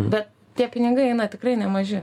bet tie pinigai eina tikrai nemaži